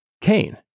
Cain